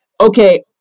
okay